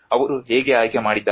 ಅವರು ಹೇಗೆ ಆಯ್ಕೆ ಮಾಡಿದ್ದಾರೆ